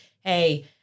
hey